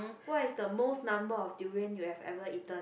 what is the most number of durians you had ever eaten